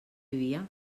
via